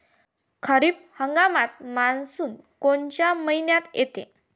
खरीप हंगामात मान्सून कोनच्या मइन्यात येते?